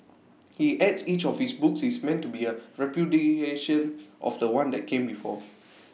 he adds each of his books is meant to be A repudiation of The One that came before